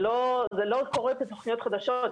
זה לא קורה בתוכניות חדשות.